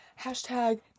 Hashtag